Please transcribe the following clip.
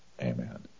Amen